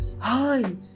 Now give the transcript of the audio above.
hi